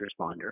responder